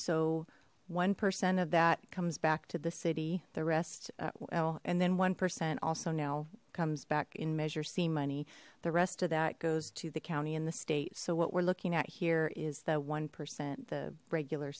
so one percent of that comes back to the city the rest well and then one percent also now comes back in measure c money the rest of that goes to the county in the state so what we're looking at here is the one percent the regular